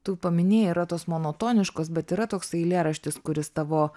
tu paminėjai yra tos monotoniškos bet yra toks eilėraštis kuris tavo